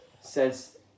says